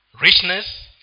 Richness